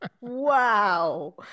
Wow